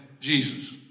Jesus